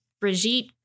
Brigitte